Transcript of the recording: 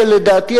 שלדעתי,